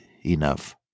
enough